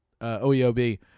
oeob